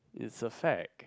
it's a fact